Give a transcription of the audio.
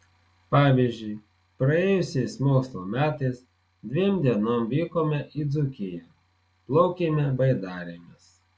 pavyzdžiui praėjusiais mokslo metais dviem dienom vykome į dzūkiją plaukėme baidarėmis